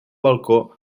balcó